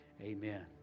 Amen